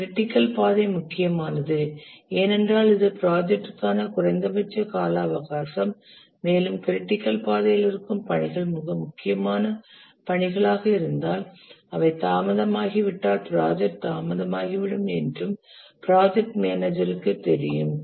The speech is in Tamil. க்ரிட்டிக்கல் பாதை முக்கியமானது ஏனெனில் இது ப்ராஜெக்டுக்கான குறைந்தபட்ச கால அவகாசம் மேலும் க்ரிட்டிக்கல் பாதையில் இருக்கும் பணிகள் மிக முக்கியமான பணிகளாக இருந்தால் அவை தாமதமாகிவிட்டால் ப்ராஜெக்ட் தாமதமாகிவிடும் என்றும் ப்ராஜெக்ட் மேனேஜர் க்கு தெரியும்